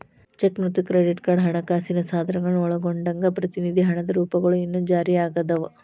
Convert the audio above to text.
check ಮತ್ತ credit card ಹಣಕಾಸಿನ ಸಾಧನಗಳನ್ನ ಒಳಗೊಂಡಂಗ ಪ್ರತಿನಿಧಿ ಹಣದ ರೂಪಗಳು ಇನ್ನೂ ಜಾರಿಯಾಗದವ